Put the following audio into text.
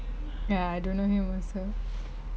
ya I don't know him also